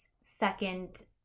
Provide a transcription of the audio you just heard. second